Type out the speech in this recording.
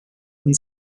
and